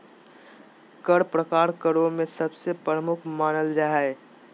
कर प्रकार करों में सबसे प्रमुख मानल जा हय